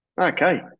Okay